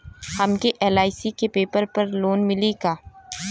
हमके एल.आई.सी के पेपर पर लोन मिली का?